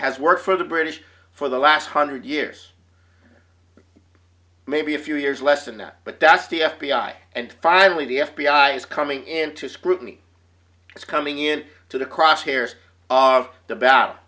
has worked for the british for the last hundred years maybe a few years less than that but that's the f b i and finally the f b i is coming into scrutiny is coming in to the crosshairs of the b